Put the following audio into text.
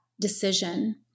decision